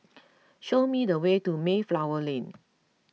show me the way to Mayflower Lane